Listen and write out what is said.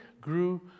grew